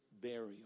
burial